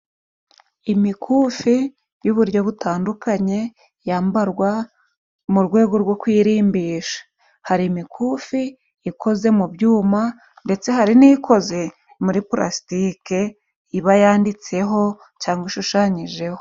Imikufi y'ryo butandukanye yambarwa mu rwego rwo kuyirimbisha, hari imikufi ikoze mu byuma ndetse hari n'ikoze muri Pulasitike iba yanditseho cyangwa ishushanyijeho.